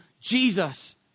Jesus